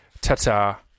ta-ta